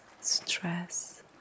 stress